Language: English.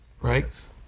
right